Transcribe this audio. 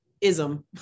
ism